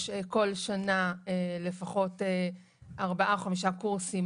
כל שנה יש לפחות ארבעה או חמישה קורסים